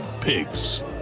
pigs